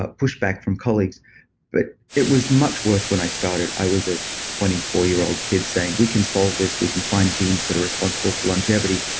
ah pushback from colleagues but it was much worse when i started. i was a twenty four year old kid saying, we can solve this. we can find genes that are responsible for longevity,